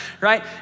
right